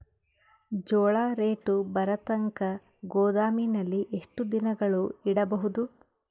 ಜೋಳ ರೇಟು ಬರತಂಕ ಗೋದಾಮಿನಲ್ಲಿ ಎಷ್ಟು ದಿನಗಳು ಯಿಡಬಹುದು?